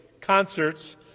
concerts